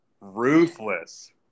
ruthless